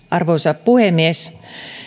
arvoisa puhemies